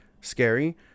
scary